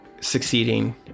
succeeding